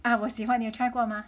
啊我喜欢你有 try 过吗